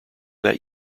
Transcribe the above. that